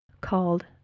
called